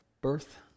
birth